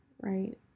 right